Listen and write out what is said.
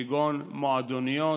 כגון מועדוניות,